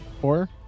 four